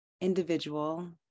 individual